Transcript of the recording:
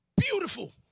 beautiful